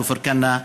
כפר כנא,